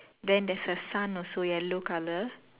then there's a sun also yellow colour